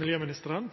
miljøministeren.